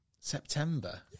September